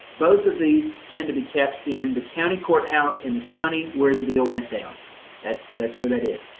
both of these tend to be kept in the county courthouse, in the county where the deal went down that's that's where that is.